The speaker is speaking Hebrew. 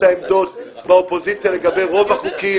את העמדות באופוזיציה לגבי רוב החוקים,